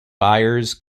buyers